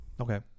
Okay